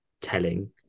telling